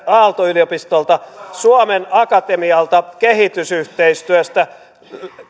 aalto yliopistolta suomen akatemialta kehitysyhteistyöstä